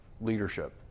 leadership